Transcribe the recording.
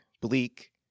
bleak